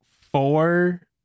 four